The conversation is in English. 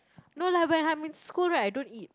no like when I'm in school right I don't eat